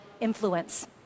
influence